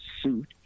suit